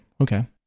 Okay